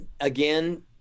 again